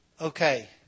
okay